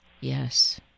Yes